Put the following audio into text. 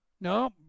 No